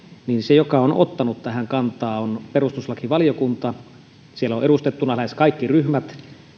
niin se joka on ottanut tähän kantaa on perustuslakivaliokunta siellä on edustettuna lähes kaikki ryhmät